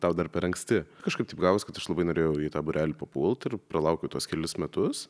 tau dar per anksti kažkaip taip gavos kad aš labai norėjau į tą būrelį papult ir pralaukiau tuos kelis metus